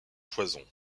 poison